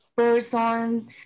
Person